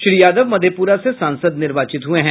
श्री यादव मधेपुरा से सांसद निर्वाचित हुए है